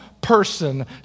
person